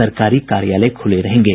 सरकारी कार्यालय खुले रहेंगे